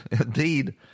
indeed